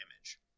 image